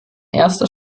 erster